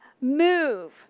move